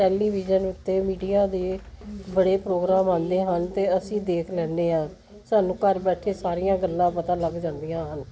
television ਉੱਤੇ media ਦੇ ਬੜੇ ਪ੍ਰੋਗਰਾਮ ਆਉਂਦੇ ਹਨ ਅਤੇ ਅਸੀਂ ਦੇਖ ਲੈਂਦੇ ਹਾਂ ਸਾਨੂੰ ਘਰ ਬੈਠੇ ਸਾਰੀਆਂ ਗੱਲਾਂ ਪਤਾ ਲੱਗ ਜਾਂਦੀਆਂ ਹਨ